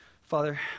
Father